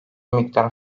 miktar